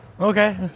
Okay